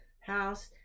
house